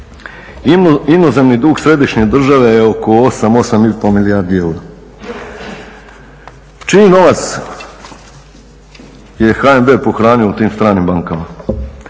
Inozemni dug središnje države je oko 8, 8,5 milijardi eura. Čiji novac je HNB pohranio u tim stranim bankama?